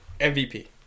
MVP